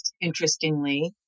interestingly